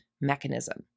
mechanism